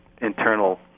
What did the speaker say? internal